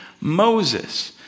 Moses